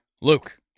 Luke